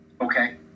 Okay